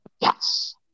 Yes